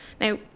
Now